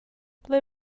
ble